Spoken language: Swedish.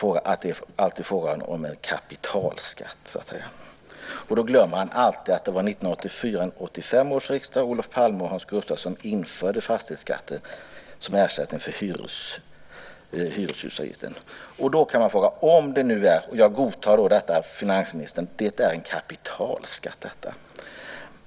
Och då glömmer han alltid att det var under 1984-1985 års riksdag som Olof Palme och Hans Gustavsson införde fastighetsskatten som ersättning för hyreshusavgiften. Jag godtar, finansministern, att detta är en kapitalskatt.